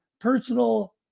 personal